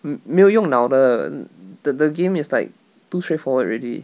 mm 没有用脑的 the the game is like too straightforward already